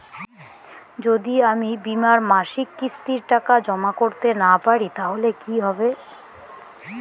যদি আমি বীমার মাসিক কিস্তির টাকা জমা করতে না পারি তাহলে কি হবে?